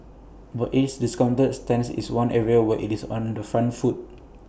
but its discounting stance is one area where IT is on the front foot